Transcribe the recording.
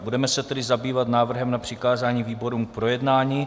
Budeme se tedy zabývat návrhem na přikázání výborům k projednání.